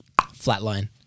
flatline